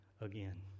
again